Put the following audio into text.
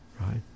right